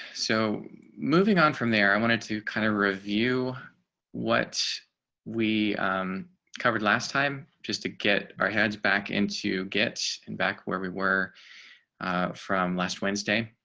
so moving on from there. i wanted to kind of review what we covered last time just to get our heads back into gets in back where we were from last wednesday.